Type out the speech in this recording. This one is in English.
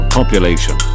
Population